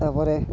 ତା'ପରେ